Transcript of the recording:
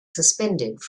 suspended